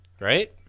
Right